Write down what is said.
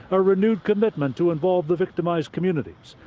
a renewed commitment to involve the victimized communities,